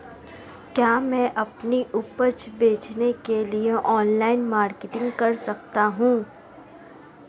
क्या मैं अपनी उपज बेचने के लिए ऑनलाइन मार्केटिंग कर सकता हूँ?